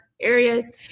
areas